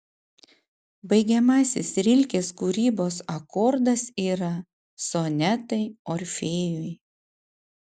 baigiamasis rilkės kūrybos akordas yra sonetai orfėjui